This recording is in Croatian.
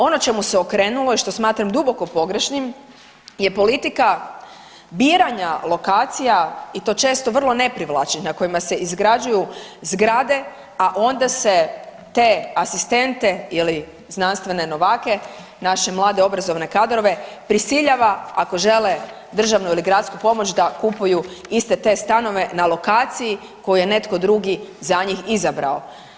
Ono čemu se okrenulo i što smatram duboko pogrešnim je politika biranja lokacija i to često vrlo neprivlačnih na kojima se izgrađuju zgrade, a onda se te asistente ili znanstvene novake, naše mlade obrazovne kadrove prisiljava ako žele državnu ili gradsku pomoć da kupuju iste te stanove na lokaciji koju je netko drugi za njih izabrao.